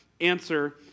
answer